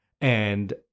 and-